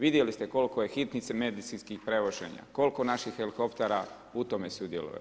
Vidjeli ste koliko je … medicinskih prevođenja, koliko naših helikoptera u tome sudjeluje.